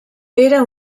era